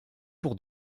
pour